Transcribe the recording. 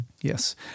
yes